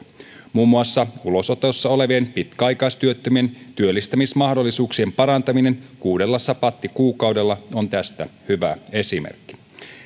muun muassa ulosotossa olevien pitkäaikaistyöttömien työllistämismahdollisuuksien parantaminen kuudella sapattikuukaudella on tästä hyvä esimerkki